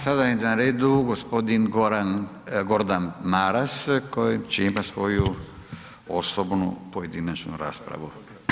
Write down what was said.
Sada je na redu g. Goran, Gordan Maras koji će imat svoju osobnu pojedinačnu raspravu.